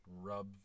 rub